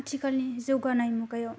आथिकालनि जौगानाय मुगायाव